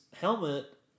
helmet